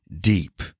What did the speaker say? deep